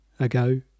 ago